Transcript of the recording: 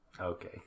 Okay